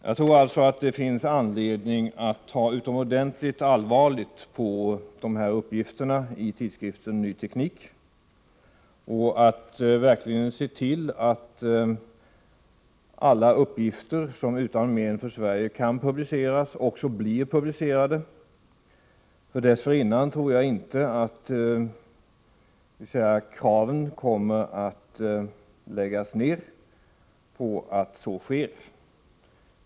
Jag tror alltså att det finns anledning att ta utomordentligt allvarligt på uppgifterna i tidskriften Ny Teknik och att verkligen se till att alla uppgifter som utan men för Sverige kan publiceras också blir publicerade. Med mindre tror jag inte att de som ställt krav på redovisning kommer att låta sig nöja.